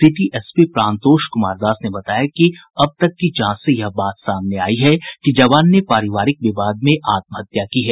city SP Pranatosh Kumar Das ने बताया कि अब तक की जांच से यह बात सामने आयी है कि जवान ने पारिवारिक विवाद में आत्महत्या की है